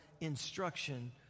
instruction